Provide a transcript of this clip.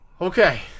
Okay